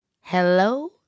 Hello